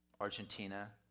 Argentina